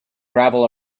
gravel